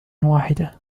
واحدة